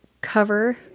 cover